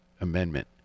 Amendment